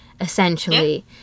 essentially